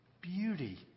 beauty